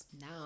now